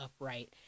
upright